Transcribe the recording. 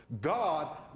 God